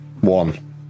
One